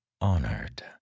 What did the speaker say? Honored